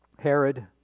Herod